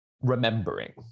remembering